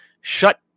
shut